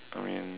I mean